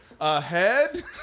ahead